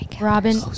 Robin